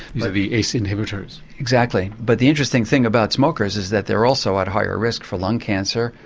the the ace inhibitors. exactly. but the interesting thing about smokers is that they're also at higher risk for lung cancer,